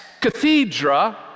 cathedra